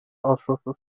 ausschusses